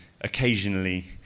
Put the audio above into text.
occasionally